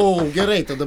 o gerai tada